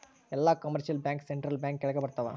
ಎಲ್ಲ commercial bank central bank ಕೆಳಗ ಬರತಾವ